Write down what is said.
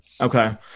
Okay